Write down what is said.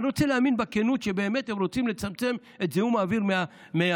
אני רוצה להאמין בכנות שבאמת הם רוצים לצמצם את זיהום האוויר מהמכוניות